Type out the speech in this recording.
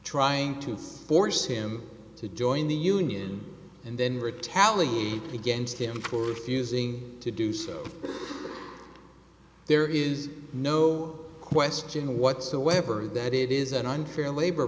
trying to force him to join the union and then retaliate against him for refusing to do so there is no question whatsoever that it is an unfair labor